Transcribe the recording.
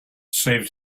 saved